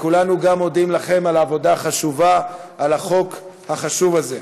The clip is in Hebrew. כולנו מודים לכם על העבודה החשובה על החוק החשוב הזה.